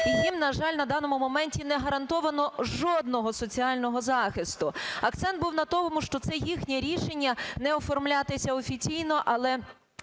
їм, на жаль, на даному моменті не гарантовано жодного соціального захисту. Акцент був на тому, що це їхнє рішення не оформлятися офіційно, але